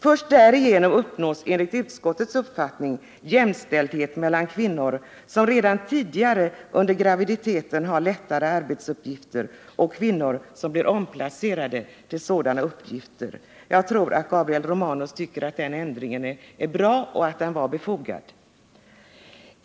Först därigenom uppnås enligt utskottets uppfattning jämställdhet mellan kvinnor som redan tidigare under graviditeten har lättare arbetsuppgifter och kvinnor som blir omplacerade till sådana uppgifter. Jag tror att Gabriel Romanus tycker att den ändringen är bra och att den är befogad.